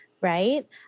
right